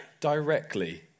directly